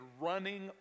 running